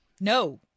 No